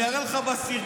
אני אראה לך בסרטון,